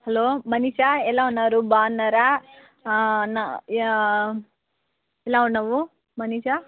hello Manisha ఎలా ఉన్నారు బాగున్నారా ఎలా ఉన్నావు మనీషా